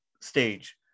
stage